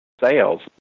sales